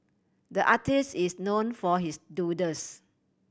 the artist is known for his doodles